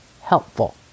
helpful